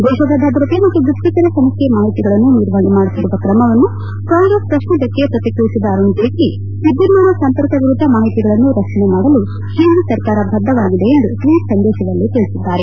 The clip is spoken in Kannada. ದೇಶದ ಭದ್ರತೆ ಮತ್ತು ಗುಪ್ತಚರ ಸಂಸ್ಥೆಯ ಮಾಹಿತಿಗಳನ್ನು ನಿರ್ವಪಣೆ ಮಾಡುತ್ತಿರುವ ಕ್ರಮವನ್ನು ಕಾಂಗ್ರೆಸ್ ಪ್ರಶ್ನಿಸಿದ್ದಕ್ಕೆ ಪ್ರಕಿಕ್ರಿಯಿಸಿದ ಅರುಣ್ ಜೇಟ್ಲಿ ವಿದ್ಯುನ್ಮಾನ ಸಂಪರ್ಕ ಕುರಿತು ಮಾಹಿತಿಗಳನ್ನು ರಕ್ಷಣೆ ಮಾಡಲು ಕೇಂದ್ರ ಸರ್ಕಾರ ಬದ್ದವಾಗಿದೆ ಎಂದು ಟ್ವೀಟ್ ಸಂದೇಶದಲ್ಲಿ ತಿಳಿಸಿದ್ದಾರೆ